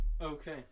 Okay